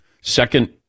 second